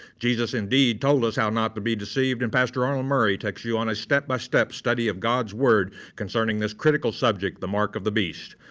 jesus indeed told us how not to be deceived and pastor arnold murray takes you on a step by step study of god's word concerning this critical subject, the mark of the beast.